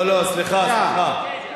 לא, לא, סליחה, סליחה.